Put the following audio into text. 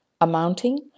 amounting